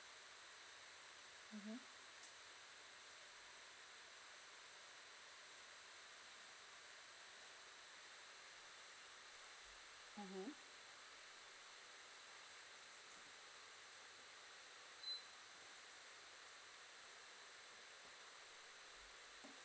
mmhmm mmhmm